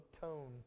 tone